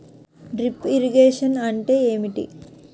Drip irrigation అంటే ఏమిటి?